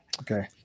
okay